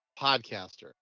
podcaster